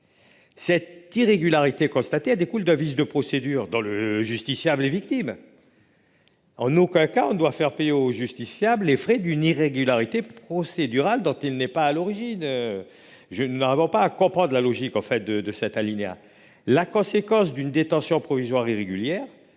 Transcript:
Cette irrégularité constatée découle d'un vice de procédure dont le justiciable est victime. En aucun cas, on ne doit faire payer au justiciable les frais d'une irrégularité procédurale dont il n'est pas à l'origine ! Je ne parviens vraiment pas à comprendre la logique de cet alinéa. La conséquence d'une détention provisoire irrégulière